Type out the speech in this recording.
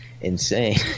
insane